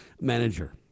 manager